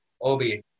Obi